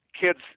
kids